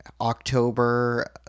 October